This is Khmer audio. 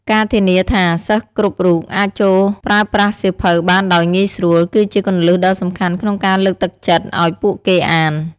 ការធានាថា សិស្សគ្រប់រូបអាចចូលប្រើប្រាស់សៀវភៅបានដោយងាយស្រួល គឺជាគន្លឹះដ៏សំខាន់ក្នុងការលើកទឹកចិត្តឱ្យពួកគេអាន។